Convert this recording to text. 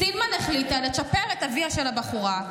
סילמן החליטה לצ'פר את אביה של הבחורה,